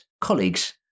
colleagues